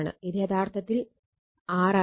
ഇത് യഥാർത്ഥത്തിൽ R ആണ്